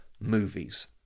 movies